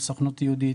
עם הסוכנות היהודית,